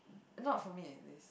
not for me at least